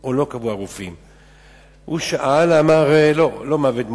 הוא שאל וענה לי שאין מוות מוחי,